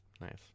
Nice